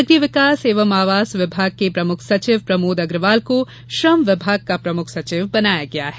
नगरीय विकास एवं आवास विभाग के प्रमुख सचिव प्रमोद अग्रवाल को श्रम विभाग का प्रमुख सचिव बनाया गया है